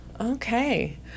okay